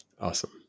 awesome